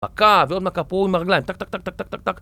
מכה ועוד מכה פה עם הרגליים טק טק טק טק טק טק